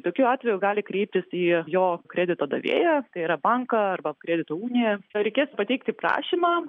tokiu atveju jis gali kreiptis į jo kredito davėją tai yra banką arba kredito uniją reikės pateikti prašymą